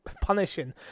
Punishing